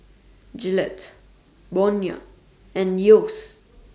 Gillette Bonia and Yeo's